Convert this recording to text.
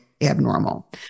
abnormal